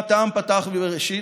ומה טעם פתח בבראשית?